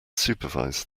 supervise